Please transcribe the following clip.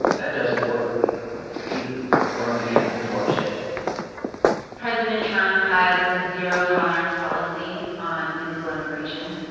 that doesn't work either for birmingham or for our state president trump has a zero-tolerance policy on illegal immigration.